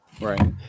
Right